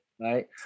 right